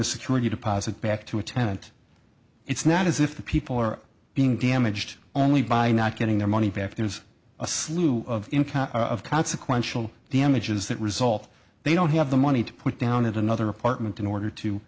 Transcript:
a security deposit back to a tenant it's not as if the people are being damaged only by not getting their money back there's a slew of consequential damages that result they don't have the money to put down at another apartment in order to